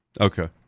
Okay